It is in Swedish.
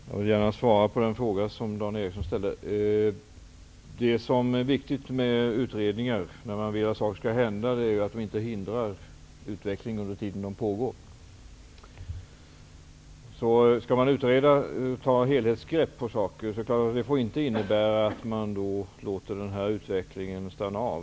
Herr talman! Jag vill gärna svara på den fråga som Dan Ericsson i Kolmården ställde. Det viktiga med utredningar när man vill att saker skall hända är ju att utredningarna inte hindrar utvecklingen under den tid de pågår. Att ta helhetsgrepp om saker får inte innebära att man låter utvecklingen stanna av.